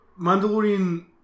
Mandalorian